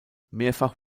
mehrfach